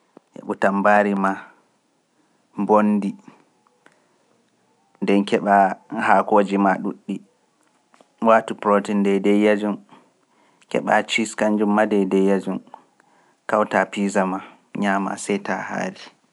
ƴeɓɓu tammbari ma, mbonndi, nden keɓa haakoji ma ɗuuɗɗi, watu protein daideyajum, keɓa ciis kanjum ma dedeyejum, kawta piza ma, ñaama seyta haari.